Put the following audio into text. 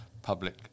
public